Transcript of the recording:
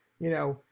you know,